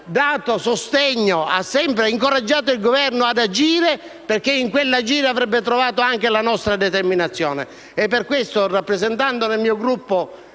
dato sostegno, ha sempre incoraggiato il Governo ad agire, perché in quell'agire avrebbe trovato anche la nostra determinazione. Per questo, pur essendo presenti nel mio Gruppo